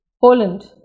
Poland